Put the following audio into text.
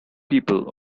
people